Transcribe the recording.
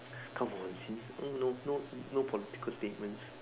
come on see uh no no no political statements